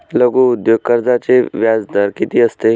लघु उद्योग कर्जाचे व्याजदर किती असते?